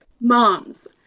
Moms